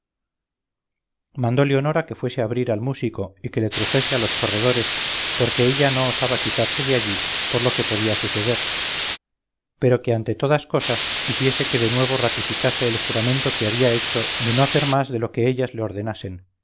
mandó leonora que fuese a abrir al músico y que le trujese a los corredores porque ella no osaba quitarse de allí por lo que podía suceder pero que ante todas cosas hiciese que de nuevo ratificase el juramento que había hecho de no hacer más de lo que ellas le ordenasen y